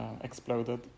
exploded